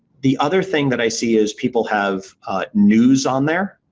the other thing that i see is people have news on there